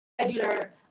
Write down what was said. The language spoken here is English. regular